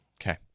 Okay